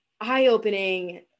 eye-opening